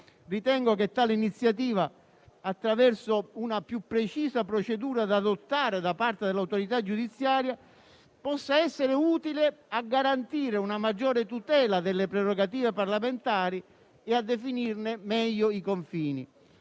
Ritengo che tale iniziativa, attraverso una più precisa procedura da adottare da parte dell'autorità giudiziaria, possa essere utile a garantire una maggiore tutela delle prerogative parlamentari e a definirne meglio i confini.